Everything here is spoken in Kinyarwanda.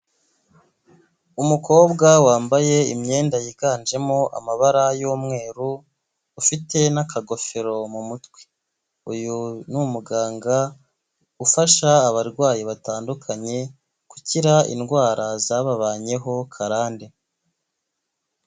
Umukobwa wambaye imyenda yiganjemo amabara y'umweru, ufite n'akagofero mu mutwe, uyu ni umuganga ufasha abarwayi batandukanye gukira indwara zababayeho karande.